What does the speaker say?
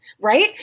Right